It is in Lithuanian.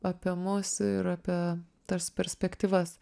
apie mus ir apie tas perspektyvas